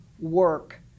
work